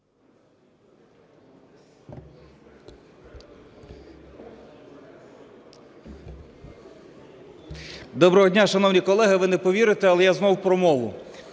Доброго дня, шановні колеги! Ви не повірите, але я знов про мову.